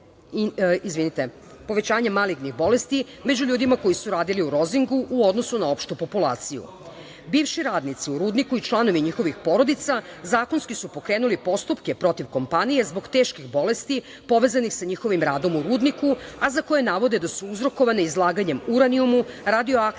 pokazuje povećanje malignih bolesti među ljudima koji su radili u „Rozingu“ u odnosu na opštu populaciju. Bivši radnici u rudniku i članovi njihovih porodica zakonski su pokrenuli postupke protiv kompanije zbog teških bolesti, povezanih sa njihovim radom u rudniku, a za koje navode da su uzrokovane izlaganjem uranijumu, radioaktivnom i